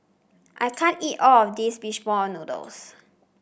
I can't eat all of this fish ball noodles